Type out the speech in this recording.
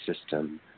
system